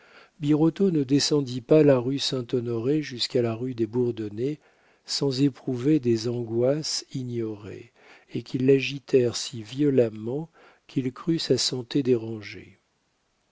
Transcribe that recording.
birotteau ne descendit pas la rue saint-honoré jusqu'à la rue des bourdonnais sans éprouver des angoisses ignorées et qui l'agitèrent si violemment qu'il crut sa santé